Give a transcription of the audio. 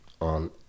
on